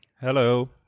Hello